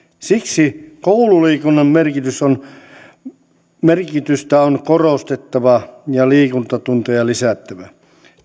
siksi koululiikunnan merkitystä on korostettava ja liikuntatunteja lisättävä